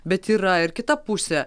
bet yra ir kita pusė